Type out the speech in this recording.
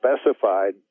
specified